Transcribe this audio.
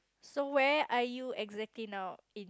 so where are you exactly now in